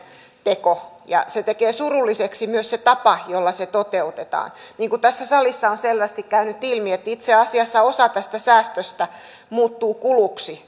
teko ja tekee surulliseksi myös se tapa jolla se toteutetaan niin kuin tässä salissa on selvästi käynyt ilmi itse asiassa osa tästä säästöstä muuttuu kuluksi